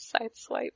Sideswipe